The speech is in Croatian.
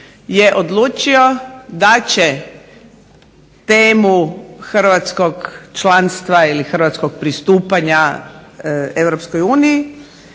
je odlučio da će temu Hrvatskog članstva ili pristupanja